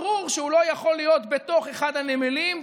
ברור שהוא לא יכול להיות בתוך אחד הנמלים,